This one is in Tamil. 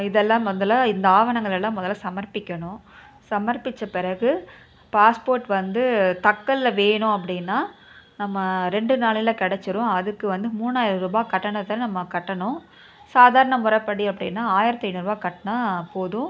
இதெல்லாம் வந்தெலாம் இந்த ஆவணங்களெல்லாம் முதல சமர்ப்பிக்கணும் சமர்ப்பித்த பிறகு பாஸ்போர்ட் வந்து தக்கல்ல வேணும் அப்படின்னா நம்ம ரெண்டு நாளையில் கிடைச்சிரும் அதுக்கு வந்து மூணாயரூபா கட்டணத்தை நம்ம கட்டணும் சாதாரண முறைப்படி அப்படின்னா ஆயிரத்தி ஐந்நூறுபா கட்டுன்னா போதும்